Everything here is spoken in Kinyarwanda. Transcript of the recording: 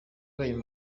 ayo